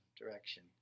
direction